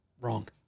Wrong